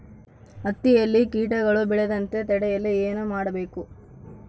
ಹತ್ತಿಯಲ್ಲಿ ಕೇಟಗಳು ಬೇಳದಂತೆ ತಡೆಯಲು ಏನು ಮಾಡಬೇಕು?